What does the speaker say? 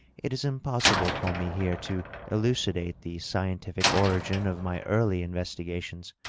it is impossible for me here to elucidate the scientific origin of my early investigations.